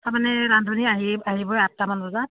তাৰমানে ৰান্ধনি আহিব আঠটামান বজাত